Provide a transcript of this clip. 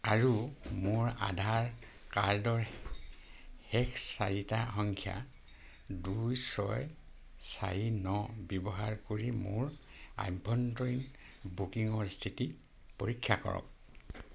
আৰু মোৰ আধাৰ কাৰ্ডৰ শেষ চাৰিটা সংখ্যা দুই ছয় চাৰি ন ব্যৱহাৰ কৰি মোৰ আভ্যন্তৰীণ বুকিঙৰ স্থিতি পৰীক্ষা কৰক